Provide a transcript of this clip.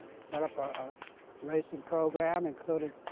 set up our racing program, including